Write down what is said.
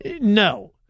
No